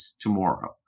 tomorrow